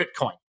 Bitcoin